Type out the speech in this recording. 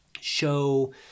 show